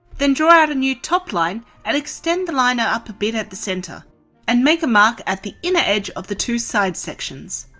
then draw out a new top line and extend the line up a bit in the center and make a mark at the inner edge of the two side sections.